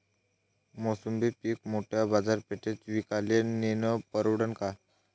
मोसंबी पीक मोठ्या बाजारपेठेत विकाले नेनं परवडन का?